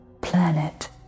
planet